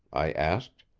i asked,